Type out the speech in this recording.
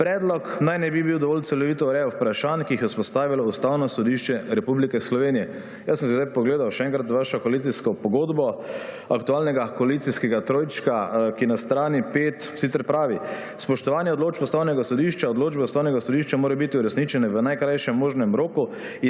Predlog naj ne bi dovolj celovito urejal vprašanj, ki jih je izpostavilo Ustavno sodišče Republike Slovenije. Jaz sem si pogledal še enkrat vašo koalicijsko pogodbo, aktualnega koalicijskega trojčka, ta na strani 5 sicer pravi: »Spoštovanje odločb Ustavnega sodišča. Odločbe Ustavnega sodišča morajo biti uresničene v najkrajšem možnem roku